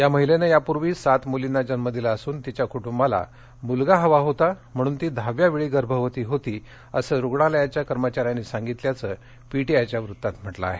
या महिलेनं यापूर्वी सात मुलींना जन्म दिला असून तिच्या क्ट्रंबाला मुलगा हवा होता म्हणून ती दहाव्या वेळी गर्भवती होती असं रुग्णालयाच्या कर्मचाऱ्यांनी सांगितल्याचं पीटीआयच्या वृत्तात म्हटलं आहे